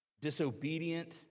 disobedient